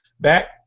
back